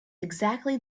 exactly